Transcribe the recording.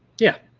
yeah.